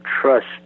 trust